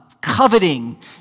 coveting